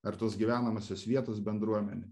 ar tos gyvenamosios vietos bendruomenė